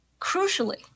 Crucially